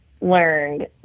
learned